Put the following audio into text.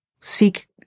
seek